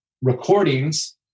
recordings